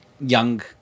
young